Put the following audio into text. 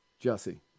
Jesse